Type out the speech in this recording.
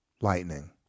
lightning